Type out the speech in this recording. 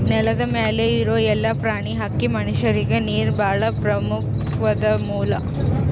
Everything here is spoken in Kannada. ನೆಲದ್ ಮ್ಯಾಲ್ ಇರೋ ಎಲ್ಲಾ ಪ್ರಾಣಿ, ಹಕ್ಕಿ, ಮನಷ್ಯರಿಗ್ ನೀರ್ ಭಾಳ್ ಪ್ರಮುಖ್ವಾದ್ ಮೂಲ